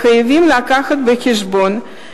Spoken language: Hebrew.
חייבים להביא בחשבון,